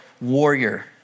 warrior